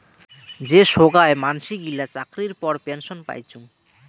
যে সোগায় মানসি গিলা চাকরির পর পেনসন পাইচুঙ